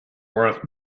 worth